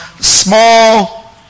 small